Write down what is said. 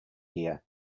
here